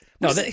No